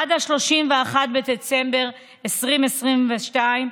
עד 31 בדצמבר 2022,